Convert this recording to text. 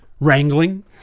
wrangling